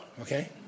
okay